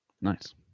Nice